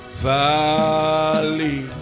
valley